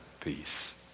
peace